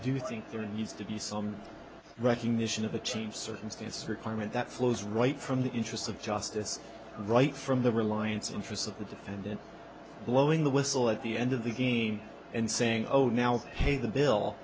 do think there needs to be some recognition of a change circumstance requirement that flows right from the interests of justice right from the reliance interests of the defendant blowing the whistle at the end of the game and saying oh now pay the bill